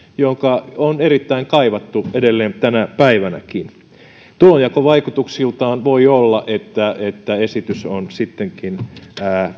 joka on erittäin kaivattu edelleen tänä päivänäkin tulonjakovaikutuksiltaan voi olla että että esitys on sittenkin